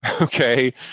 Okay